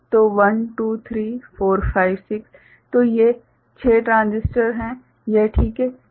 तो 1 2 3 4 5 6 तो ये 6 ट्रांजिस्टर हैं यह ठीक है